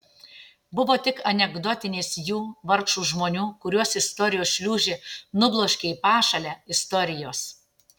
buvo tik anekdotinės jų vargšų žmonių kuriuos istorijos šliūžė nubloškė į pašalę istorijos